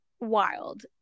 wild